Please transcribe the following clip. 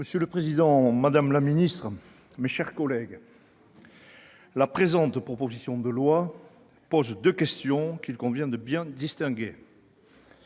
Monsieur le président, madame la secrétaire d'État, mes chers collègues, la présente proposition de loi pose deux questions, qu'il convient de bien distinguer.